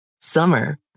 Summer